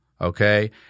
Okay